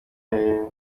hehe